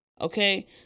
Okay